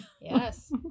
Yes